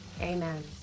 amen